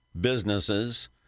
businesses